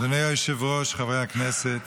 אדוני היושב-ראש, חברי הכנסת,